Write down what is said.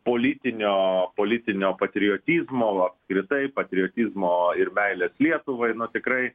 politinio politinio patriotizmo apskritai patriotizmo ir meilės lietuvai nu tikrai